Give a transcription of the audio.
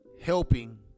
helping